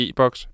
Ebox